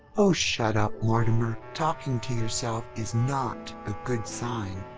oh shut up, mortimer. talking to yourself is not a good sign.